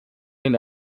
den